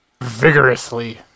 Vigorously